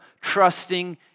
trusting